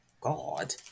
God